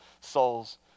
souls